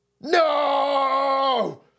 No